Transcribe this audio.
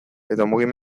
espazioak